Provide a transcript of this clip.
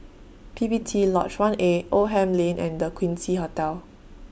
P P T Lodge one A Oldham Lane and The Quincy Hotel